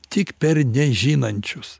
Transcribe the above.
tik per nežinančius